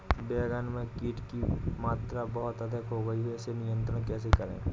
बैगन में कीट की मात्रा बहुत अधिक हो गई है इसे नियंत्रण कैसे करें?